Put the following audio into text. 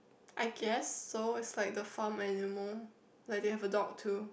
I guess so is like the farm animal like they have the dog too